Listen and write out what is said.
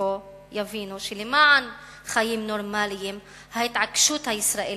פה יבינו שלמען חיים נורמליים ההתעקשות הישראלית,